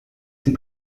sind